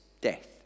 death